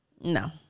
no